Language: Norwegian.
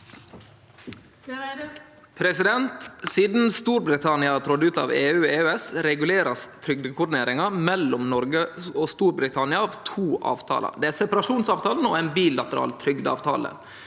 sake- ne): Sidan Storbritannia tredde ut av EU og EØS, blir trygdekoordineringa mellom Noreg og Storbritannia regulert av to avtalar. Det er separasjonsavtalen og ein bilateral trygdeavtale.